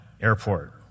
Airport